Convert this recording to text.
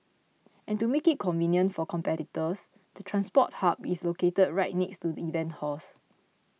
and to make it convenient for competitors the transport hub is located right next to the event halls